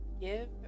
give